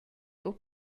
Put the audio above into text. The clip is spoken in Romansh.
buca